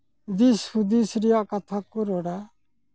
ᱫᱤᱥᱦᱩᱫᱤᱥ ᱨᱮᱭᱟᱜ ᱠᱟᱛᱷᱟ ᱠᱚ ᱨᱚᱲᱟ